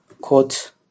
quote